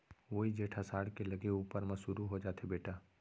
वोइ जेठ असाढ़ के लगे ऊपर म सुरू हो जाथे बेटा